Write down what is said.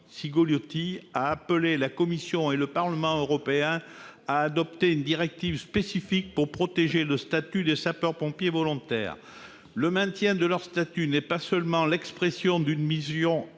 Sénat a appelé la Commission et le Parlement européen à adopter une directive spécifique pour protéger le statut des sapeurs-pompiers volontaires. Le maintien de leur statut n'est pas seulement l'expression d'une vision